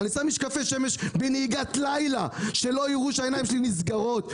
אני שם משקפי שמש בנהיגת לילה כדי שלא יראו שהעיניים שלי נעצמות.